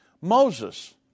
Moses